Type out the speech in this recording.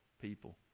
People